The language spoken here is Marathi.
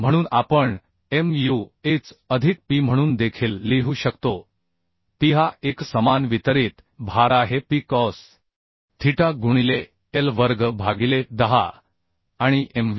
म्हणून आपण mu h अधिक P म्हणून देखील लिहू शकतो P हा एकसमान वितरित भार आहे P कॉस थीटा गुणिले L वर्ग भागिले 10 आणि mv